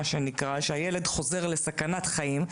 שהילד חוזר לסכנת חיים,